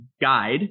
guide